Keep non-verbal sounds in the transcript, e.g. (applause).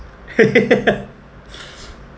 (laughs)